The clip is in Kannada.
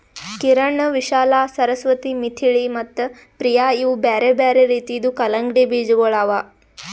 ಕಿರಣ್, ವಿಶಾಲಾ, ಸರಸ್ವತಿ, ಮಿಥಿಳಿ ಮತ್ತ ಪ್ರಿಯ ಇವು ಬ್ಯಾರೆ ಬ್ಯಾರೆ ರೀತಿದು ಕಲಂಗಡಿ ಬೀಜಗೊಳ್ ಅವಾ